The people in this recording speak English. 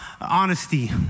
honesty